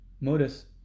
modus